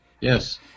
Yes